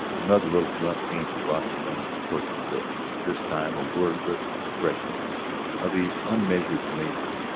another little grunt came from brocky lane's tortured lips, this time a wordless expression of his unmeasured amazement.